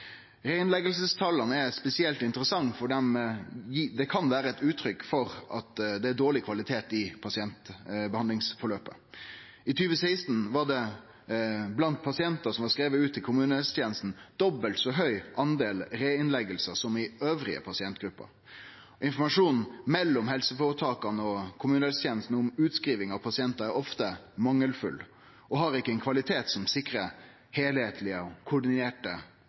Reinnleggingstala er spesielt interessante fordi det kan vere eit uttrykk for at det er dårleg kvalitet i pasientbehandlingsforløpet. I 2016 var det blant pasientar som var skrivne ut til kommunehelsetenesta, eit dobbelt så høgt tal reinnleggingar som i pasientgrupper elles. Informasjonen mellom helseføretaka og kommunehelsetenesta om utskriving av pasientar er ofte mangelfull og har ikkje ein kvalitet som sikrar heilskaplege og